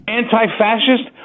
anti-fascist